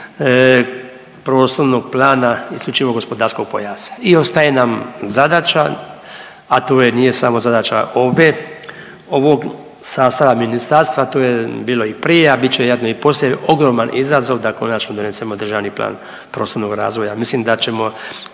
prostornog plana isključivog gospodarskog pojasa. I ostaje nam zadaća, a to je nije samo zadaća ove ovog sastava ministarstva, to je bilo i prije, a bit će vjerojatno i poslije ogroman izazov da konačno donesemo državni plan prostornog razvoja. Mislim da ćemo